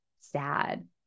sad